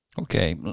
Okay